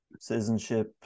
citizenship